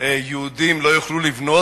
יהודים לא יוכלו לבנות.